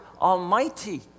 Almighty